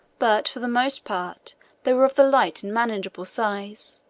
but for the most part they were of the light and manageable size